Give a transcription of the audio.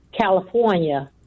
California